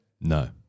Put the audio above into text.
No